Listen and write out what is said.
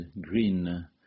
green